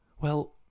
Well